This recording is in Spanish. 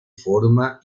forma